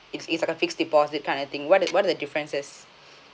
it's it's a kind fixed deposit kind of thing what what are the differences